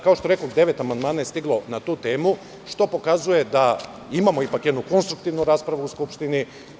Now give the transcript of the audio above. Kao što rekoh devet amandmana je stiglo na tu temu što pokazuje da imamo ipak jednu konstruktivnu raspravu u Skupštini.